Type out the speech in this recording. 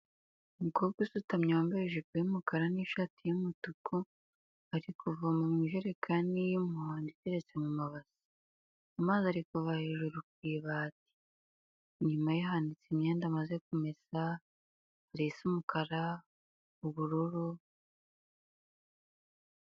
Umukobwa usutamye wambaye ijipo y'umukara n'ishati y'umutuku, ari kuvoma mu ijerekani y'umuhondo itetse mu mababi, amazi ari kuva hejuru ku ibati, inyuma ye hanitse imyenda amaze kumesa hari isa umukara, ubururu.